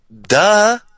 duh